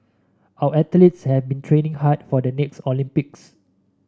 our athletes have been training hard for the next Olympics